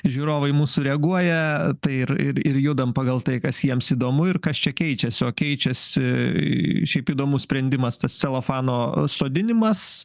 žiūrovai mūsų reaguoja tai ir ir ir judam pagal tai kas jiems įdomu ir kas čia keičiasi o keičiasi šiaip įdomus sprendimas tas celofano sodinimas